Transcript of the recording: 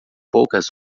poucas